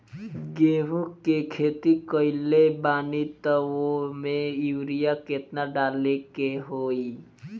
गेहूं के खेती कइले बानी त वो में युरिया केतना डाले के होई?